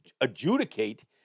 adjudicate